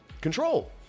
control